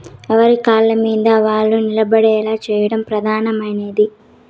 ఎవరి కాళ్ళమీద వాళ్ళు నిలబడేలా చేయడం ప్రధానమైనది